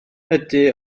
ydy